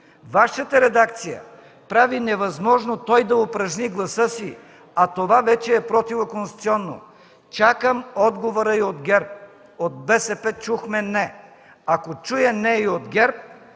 Вашата редакция прави невъзможно той да упражни гласа си, а това вече е противоконституционно. Чакам отговора и от ГЕРБ. От БСП чухме „не”. Ако чуя „не” и от ГЕРБ,